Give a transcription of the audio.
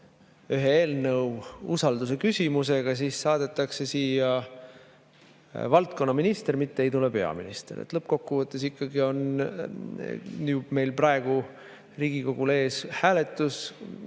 ühe eelnõu usaldusküsimusega ja siis saadetakse siia valdkonnaminister, mitte ei tule peaminister. Lõppkokkuvõttes ikkagi on ju meil, Riigikogul praegu ees hääletus,